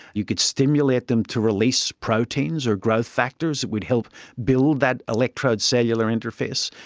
you could stimulate them to release proteins or growth factors that would help build that electrode cellular interface.